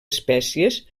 espècies